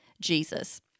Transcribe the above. Jesus